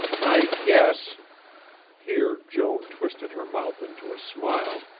i guess here joan twisted her mouth into a smile